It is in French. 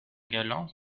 galant